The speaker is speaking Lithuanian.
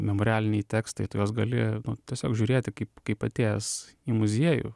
memorialiniai tekstai tu juos gali nu tiesiog žiūrėti kaip kaip atėjęs į muziejų